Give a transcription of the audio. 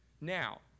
Now